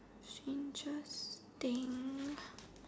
strangest thing